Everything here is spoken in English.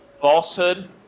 falsehood